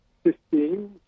Fifteen